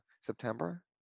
September